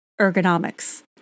ergonomics